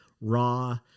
raw